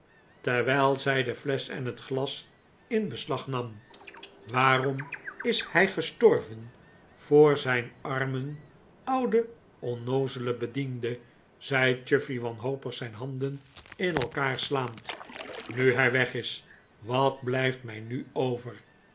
terwijl zij de flesch en het glas in beslag nam waarom is hij gestorven voor zijn armen ouden onnoozelen bediende zei chuffey wanhopig zijn handen in elkaar slaand nu hij weg is wat blijft mij nu over